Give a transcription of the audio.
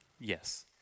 Yes